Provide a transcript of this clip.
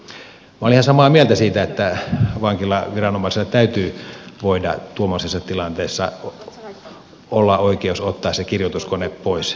olen ihan samaa mieltä siitä että vankilaviranomaisella täytyy voida tuommoisessa tilanteessa olla oikeus ottaa se kirjoituskone pois